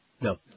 No